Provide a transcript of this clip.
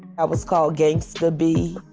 i was called gangster b.